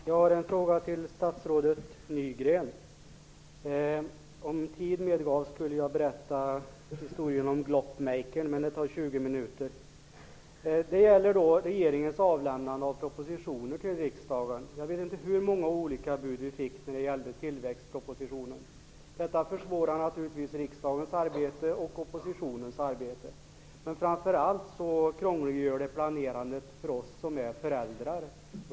Herr talman! Jag har en fråga till statsrådet Nygren. Om tiden medgav skulle jag berätta historien om en "gloppmaker", men det tar 20 minuter. Det gäller regeringens avlämnande av propositioner till riksdagen. Jag vet inte hur många olika bud vi fick när det gällde tillväxtpropositionen. Detta försvårar naturligtvis riksdagens och oppositionens arbete. Men framför allt krånglar det till planeringen för oss som är föräldrar.